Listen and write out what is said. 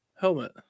helmet